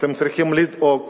אתם צריכים לדאוג